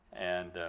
and